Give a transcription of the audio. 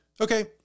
Okay